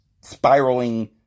spiraling